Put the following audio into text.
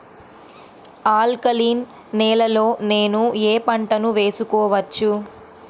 Alkaline నేలలో నేనూ ఏ పంటను వేసుకోవచ్చు?